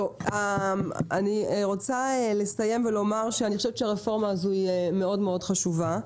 אני רוצה לסיים ולומר שאני חושבת שהרפורמה הזו היא מאוד חשובה.